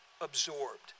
absorbed